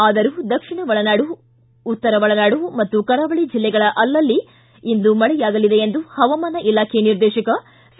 ಆದರೂ ದಕ್ಷಿಣ ಒಳನಾಡು ಉತ್ತರ ಒಳನಾಡು ಮತ್ತು ಕರಾವಳಿ ಜಿಲ್ಲೆಗಳ ಅಲ್ಲಲ್ಲಿ ಇಂದು ಮಳೆಯಾಗಲಿದೆ ಎಂದು ಪವಾಮಾನ ಇಲಾಖೆ ನಿರ್ದೇಶಕ ಸಿ